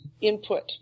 input